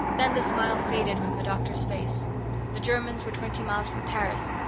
then the smile faded from the doctor's face the germans were twenty miles from paris.